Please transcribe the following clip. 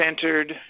centered